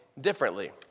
differently